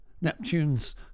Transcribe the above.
Neptune's